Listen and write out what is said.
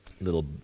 little